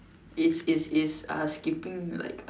is is is uh skipping like